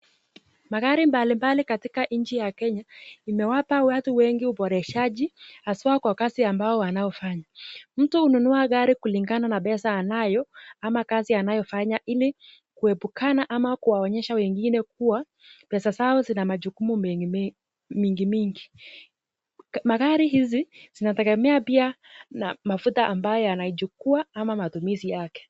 Magari mbali mbali katika nchi ya kenya imewapa watu wengi uboreshaji haswa kwa kazi ambayo wanayofanya. Mtu hununua gari kulingana na pesa aliyonayo ama kazi anayofanya ili kuepukana ama kuwaonyesha wengine kua pesa zao zina majukumu mengi mengi. Magari hizi zinategemea pia mafuta ambayo yanachukua ama matumizi yake.